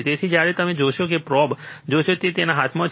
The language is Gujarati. તેથી જ્યારે તમે જોશો કે તમે પ્રોબ જોશો જે તેના હાથમાં છે